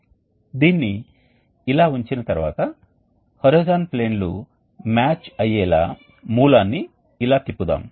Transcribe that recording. కాబట్టి వేడి వాయువు ప్రవాహం పాస్ అయినప్పుడు అవి వేడిని నిల్వ చేస్తాయి మరియు చల్లని గ్యాస్ స్ట్రీమ్ పాస్ అయినప్పుడు అవి వెనక్కి తగ్గుతాయి